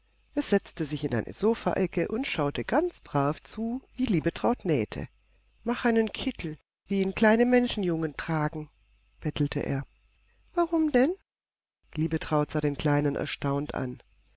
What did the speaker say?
es setzte sich in eine sofaecke und schaute ganz brav zu wie liebetraut nähte mach einen kittel wie ihn kleine menschenjungen tragen bettelte er warum denn liebetraut sah den kleinen erstaunt an